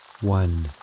One